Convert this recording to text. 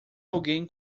alguém